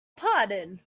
pardon